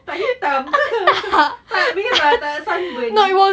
tak hitam ke tak merah tak sunburn